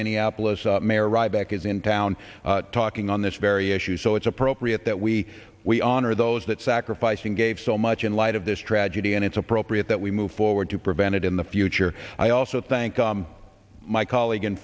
minneapolis mayor ryback is in town talking on this very issue so it's appropriate that we we honor those that sacrificing gave so much in light of this tragedy and it's appropriate that we move forward to prevent it in the future i also thank my colleague